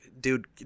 dude